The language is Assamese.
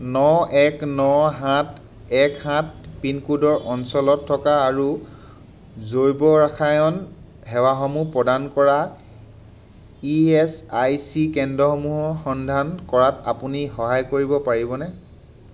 ন এক ন সাত এক সাত পিনক'ডৰ অঞ্চলত থকা আৰু জৈৱৰাসায়ন সেৱাসমূহ প্ৰদান কৰা ই এছ আই চি কেন্দ্ৰসমূহৰ সন্ধান কৰাত আপুনি সহায় কৰিব পাৰিবনে